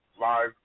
live